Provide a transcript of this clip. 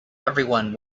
everyone